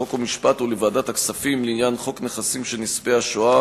חוק ומשפט ולוועדת הכספים לעניין חוק נכסים של נספי השואה